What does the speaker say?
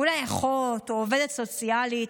אולי אחות או עובדת סוציאלית.